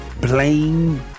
Blame